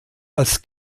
als